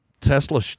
tesla